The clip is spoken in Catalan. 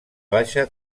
baixa